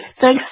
Thanks